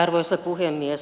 arvoisa puhemies